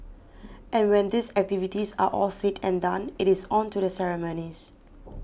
and when these activities are all said and done it is on to the ceremonies